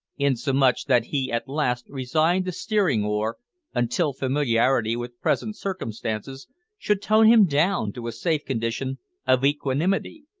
insomuch that he at last resigned the steering-oar until familiarity with present circumstances should tone him down to a safe condition of equanimity.